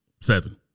seven